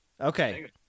Okay